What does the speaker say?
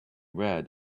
red